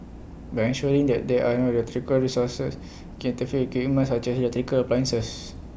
by ensuring that there are no electrical resources can interfere game as such as electrical appliances